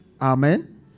Amen